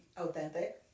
authentic